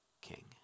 king